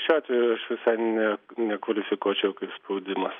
šiuo atveju aš visai ne nekvalifikuočiau kaip spaudimas